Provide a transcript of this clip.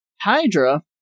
Hydra